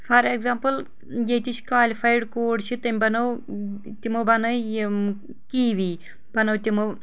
for example ییٚتیٚچۍ qualified کوٗر چھِ تٔمۍ بنٲو تمو بنٲے یم کِیٖوی بنٲے تمو